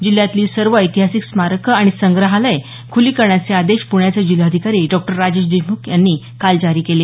जिल्ह्यातली सर्व ऐतिहासिक स्मारकं आणि संग्रहालयं खुली करण्याचे आदेश प्ण्याचे जिल्हाधिकारी डॉक्टर राजेश देशमुख यांनी काल जारी केले